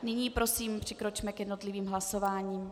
Nyní prosím přikročme k jednotlivým hlasováním.